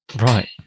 Right